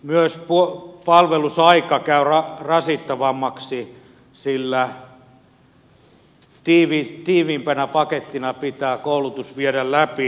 myös palvelusaika käy rasittavammaksi sillä tiiviimpänä pakettina pitää koulutus viedä läpi